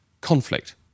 conflict